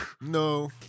no